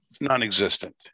non-existent